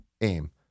aim